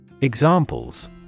Examples